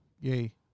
yay